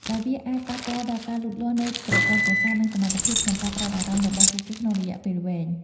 ដែលវាអាចប៉ះពាល់ដល់ការលូតលាស់នៃប្រព័ន្ធប្រសាទ និងសមត្ថភាពក្នុងការផ្ដោតអារម្មណ៍របស់ពួកគេក្នុងរយៈពេលវែង។